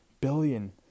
billion